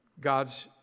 God's